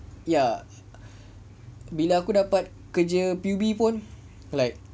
ya bila aku dapat kerja P_U_B pun like